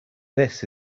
this